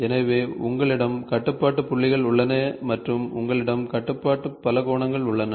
எனவே உங்களிடம் கட்டுப்பாட்டு புள்ளிகள் உள்ளன மற்றும் உங்களிடம் கட்டுப்பாட்டு பலகோணங்கள் உள்ளன